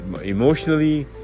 emotionally